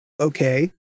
Okay